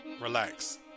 relax